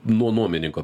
nuo nuomininko